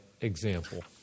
example